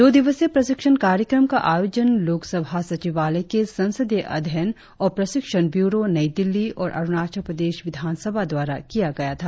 दो दिवसीय प्रशिक्षण कार्यक्रम का आयोजन लोकसभा सचिवालय के संसदीय अध्ययन और प्रशिक्षण ब्यूरो नई दिल्ली और अरुणाचल प्रदेश विधानसभा द्वारा किया गया था